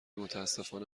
متأسفانه